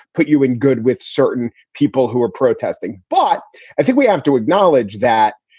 put you in good with certain people who are protesting. but i think we have to acknowledge that.